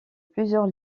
plusieurs